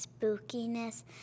spookiness